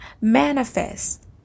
manifest